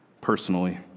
personally